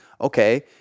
okay